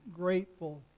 grateful